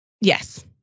Yes